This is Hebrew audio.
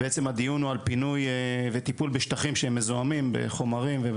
ובעצם הדיון הוא על פינוי וטיפול בשטחים שהם מזוהמים בחומרים.